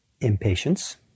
impatience